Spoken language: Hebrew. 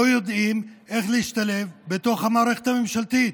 לא יודעים איך להשתלב בתוך המערכת הממשלתית.